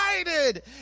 excited